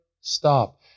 stop